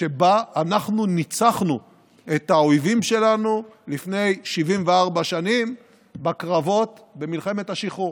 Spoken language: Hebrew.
שבה אנחנו ניצחנו את האויבים שלנו לפני 74 שנים בקרבות במלחמת השחרור